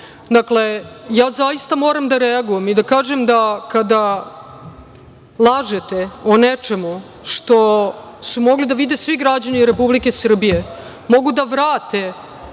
ja zaista moram da reagujem i da kažem kada lažete o nečemu što su mogli da vide svi građani Republike Srbije, mogu da vrate